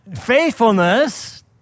faithfulness